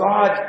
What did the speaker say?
God